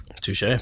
Touche